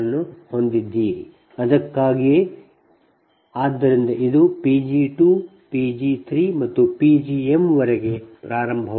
ಆದ್ದರಿಂದ ಅದಕ್ಕಾಗಿಯೇ ಇದು P g2 P g3 ಮತ್ತು P gm ವರೆಗೆ ಪ್ರಾರಂಭವಾಗುತ್ತಿದೆ